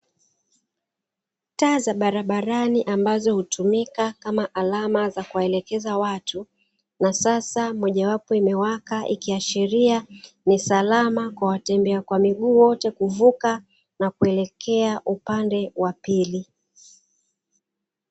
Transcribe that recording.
Taa za barabarani ambazo hutumika kama alama za kuwaelekeza watu, na sasa mojawapo imewaka ikiashiria ni salama kwa watembea kwa miguu wote kuvuka na kuelekea upande wa pili.